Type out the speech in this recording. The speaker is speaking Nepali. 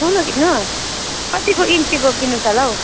ठुलो किन्नु कतिको इन्चीको किन्नुहुन्छ होला हौ